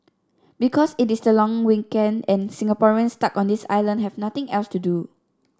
because it is the long weekend and Singaporeans stuck on this island have nothing else to do